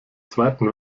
zweiten